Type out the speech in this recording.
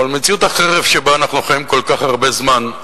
אבל מציאות החרב שבה אנחנו חיים כל כך הרבה זמן,